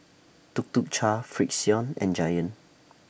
Tuk Tuk Cha Frixion and Giant